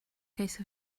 case